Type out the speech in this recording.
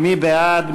מי בעד?